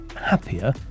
happier